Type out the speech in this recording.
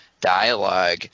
dialogue